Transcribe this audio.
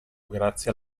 grazie